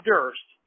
Durst